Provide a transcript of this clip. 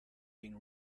been